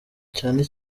cyane